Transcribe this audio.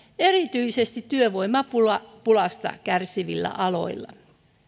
erityisesti työvoimapulasta kärsivillä aloilla